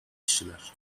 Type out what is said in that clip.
kişiler